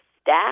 staff